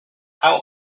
how